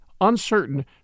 uncertain